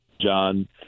John –